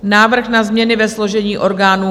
Návrh na změny ve složení orgánů